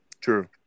True